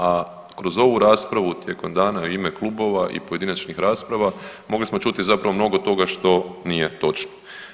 A kroz ovu raspravu tijekom dana u ime klubova i pojedinačnih rasprava mogli smo čuti zapravo mnogo toga što nije točno.